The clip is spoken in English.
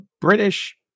British